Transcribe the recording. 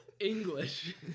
English